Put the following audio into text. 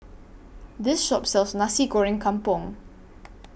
This Shop sells Nasi Goreng Kampung